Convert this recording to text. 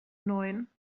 neun